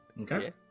Okay